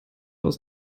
aus